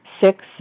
Six